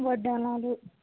వడ్డాణాలు